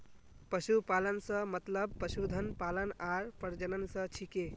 पशुपालन स मतलब पशुधन पालन आर प्रजनन स छिके